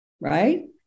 right